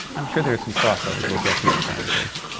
i'm sure there are some crossovers we'll get to in the conversation.